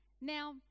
Now